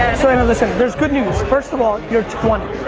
so and listen. there's good news. first of all, you're twenty.